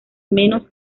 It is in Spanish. menos